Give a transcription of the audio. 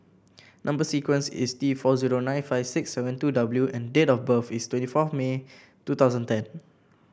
number sequence is T four zero nine five six seven two W and date of birth is twenty fourth May two thousand ten